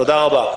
תודה רבה.